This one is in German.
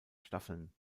staffeln